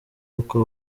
uko